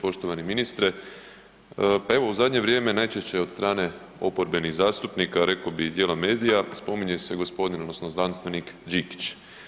Poštovani ministre, pa evo u zadnje vrijeme najčešće od strane oporbenih zastupnika rekao bih i dijela medija, spominje se gospodin odnosno znanstvenik Đikić.